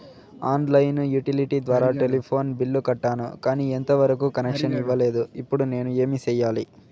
On line utility ద్వారా telephone bill కట్టాను, కానీ ఎంత వరకు కనెక్షన్ ఇవ్వలేదు, ఇప్పుడు నేను ఏమి సెయ్యాలి?